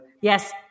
yes